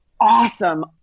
awesome